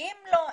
ואם לא,